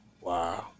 Wow